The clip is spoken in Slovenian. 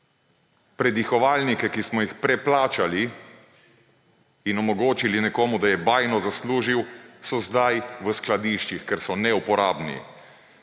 Predihovalniki, ki smo jih preplačali in omogočili nekomu, da je bajno zaslužil, so zdaj v skladiščih, ker so neuporabni.